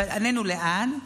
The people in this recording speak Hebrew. פנינו לאן,